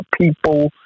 people